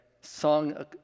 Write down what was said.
song